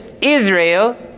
Israel